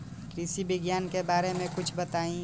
कृषि विज्ञान के बारे में कुछ बताई